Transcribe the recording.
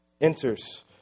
enters